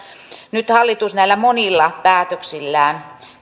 nyt hallitus näillä monilla päätöksillään